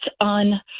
on